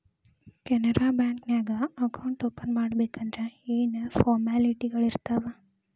Canara bank ನ್ಯಾಗ account open ಮಾಡ್ಬೇಕಂದರ ಯೇನ್ ಫಾರ್ಮಾಲಿಟಿಗಳಿರ್ತಾವ?